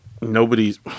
nobody's